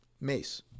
Mace